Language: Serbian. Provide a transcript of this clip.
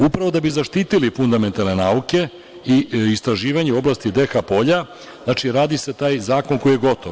Upravo da bi zaštitili fundamentalne nauke i istraživanja u oblasti DH polja, radi se taj zakon koji je gotov.